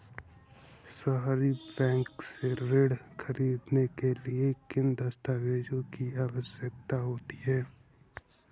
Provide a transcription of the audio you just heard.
सहरी बैंक से ऋण ख़रीदने के लिए किन दस्तावेजों की आवश्यकता होती है?